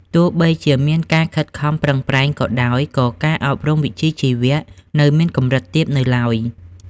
ទោះបីជាមានការខិតខំប្រឹងប្រែងក៏ដោយ ក៏ការអប់រំវិជ្ជាជីវៈនៅមានកម្រិតទាបនៅឡើយ។